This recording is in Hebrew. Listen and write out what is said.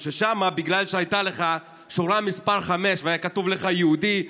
ששם בגלל שהייתה לך שורה מס' 5 והיה כתוב לך "יהודי",